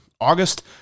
August